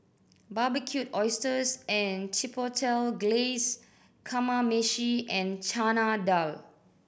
Barbecued Oysters with Chipotle Glaze Kamameshi and Chana Dal